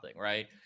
right